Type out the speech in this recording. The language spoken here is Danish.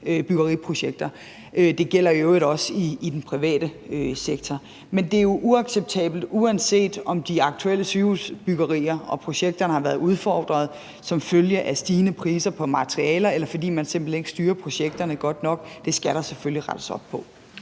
byggeriprojekter. Det gælder i øvrigt også i den private sektor. Men det er jo uacceptabelt, uanset om de aktuelle sygehusbyggerier og projekterne har været udfordret som følge af stigende priser på materialer, eller fordi man simpelt hen ikke styrer projekterne godt nok. Det skal der selvfølgelig rettes op på.